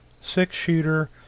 six-shooter